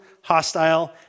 hostile